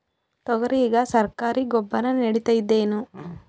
ತೊಗರಿಗ ಸರಕಾರಿ ಗೊಬ್ಬರ ನಡಿತೈದೇನು?